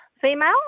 female